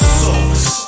sauce